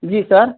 जी sir